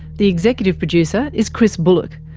the executive producer is chris bullock,